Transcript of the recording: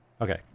Okay